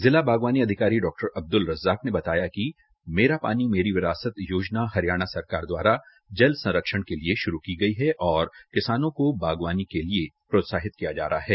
जिला बागवानी अधिकारी डॉ अब्दुल रज्जाक ने बताया कि मेरा पानी मेरी विरासत योजना हरियाणा सरकार द्वारा जल संरक्षण के लिए शुरू की गई है और किसानों को बागवानी के लिए प्रोत्साहित किया जा रहा है